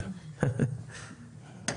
לחברי הכנסת,